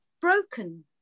broken